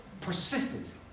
Persistence